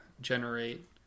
generate